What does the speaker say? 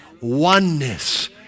oneness